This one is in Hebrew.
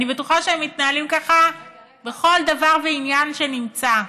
אני בטוחה שהם מתנהלים ככה בכל דבר ועניין שנמצא,